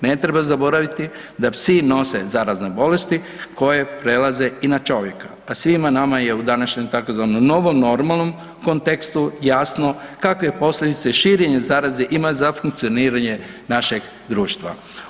Ne treba zaboraviti da psi nose zarazne bolesti koje prelaze i na čovjeka a svima nama je u današnjem u tzv. novom normalnom kontekstu jasno kakve posljedice širenja zarazne ima za funkcioniranje našeg društva.